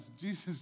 Jesus